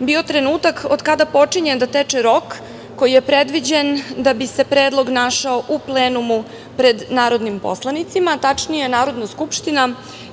bio trenutak od kada počinje da teče rok koji je predviđen da bi se predlog našao u plenumu pred narodnim poslanicima, tačnije Narodna skupština